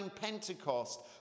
Pentecost